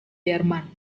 jerman